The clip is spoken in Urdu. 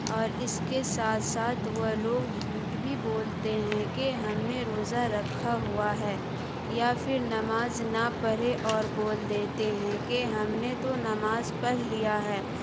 اور اس کے ساتھ ساتھ وہ لوگ جھوٹ بھی بولتے ہیں کہ ہم نے روزہ رکھا ہوا ہے یا پھر نماز نہ پڑھے اور بول دیتے ہیں کہ ہم نے تو نماز پڑھ لیا ہے